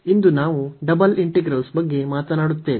ಇಂದು ನಾವು double integrals ಬಗ್ಗೆ ಮಾತನಾಡುತ್ತೇವೆ